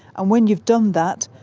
and when you've done that,